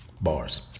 bars